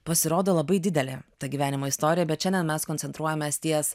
pasirodo labai didelė ta gyvenimo istorija bet šiandien mes koncentruojamės ties